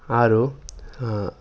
আৰু